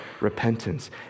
repentance